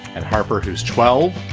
and harper, who's twelve.